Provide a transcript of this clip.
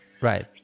Right